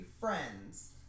Friends